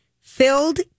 filled